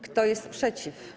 Kto jest przeciw?